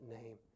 name